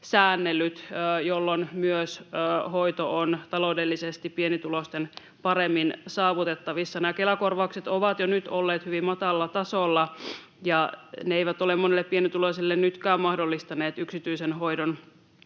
säännellyt, jolloin myös hoito on taloudellisesti pienituloisten paremmin saavutettavissa. Nämä Kela-korvaukset ovat jo nyt olleet hyvin matalalla tasolla, ja ne eivät ole monelle pienituloiselle nytkään mahdollistaneet yksityisen hoidon